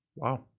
Wow